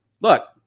Look